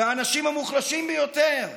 האנשים המוחלשים ביותר,